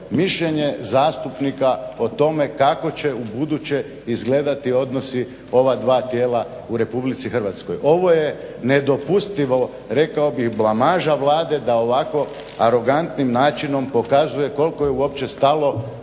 mišljenje zastupnika o tome kako će ubuduće izgledati odnosi ova dva tijela u Republici Hrvatskoj. Ovo je nedopustivo, rekao bih blamaža Vlade da ovako arogantnim načinom pokazuje koliko je uopće stalo